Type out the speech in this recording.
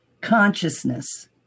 consciousness